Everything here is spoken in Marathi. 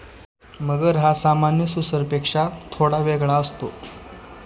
मगर हा सामान्य सुसरपेक्षा थोडा वेगळा असतो